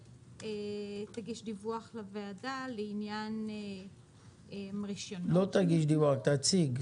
תגיש דיווח לוועדה לעניין רישיונות -- לא תגיש דיווח אלא תציג.